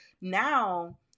now